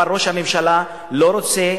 אבל ראש הממשלה לא רוצה,